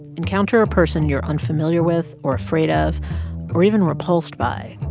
encounter a person you're unfamiliar with or afraid of or even repulsed by.